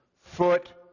foot